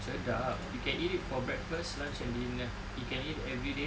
sedap you can eat it for breakfast lunch and dinner you can eat it everyday